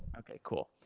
okay. cool.